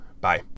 Bye